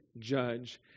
judge